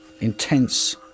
intense